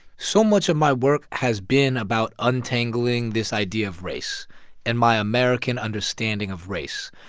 so much of my work has been about untangling this idea of race and my american understanding of race.